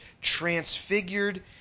transfigured